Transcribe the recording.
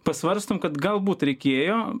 pasvarstom kad galbūt reikėjo